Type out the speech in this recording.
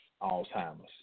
Alzheimer's